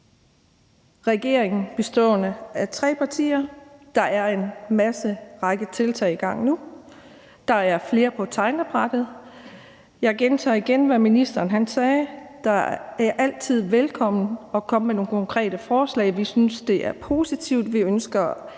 regeringen bestående af tre partier. Der er en masse tiltag i gang nu, og der er flere på tegnebrættet. Jeg gentager, hvad ministeren sagde: Det er altid velkomment at komme med nogle konkrete forslag. Vi synes, det er positivt.